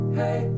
hey